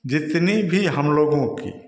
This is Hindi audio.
जितनी भी हमलोगों की